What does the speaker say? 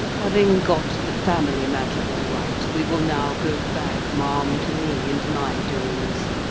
having got the family matter all right, we will now go back, ma'am, to me and my doings.